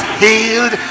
healed